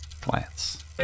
Plants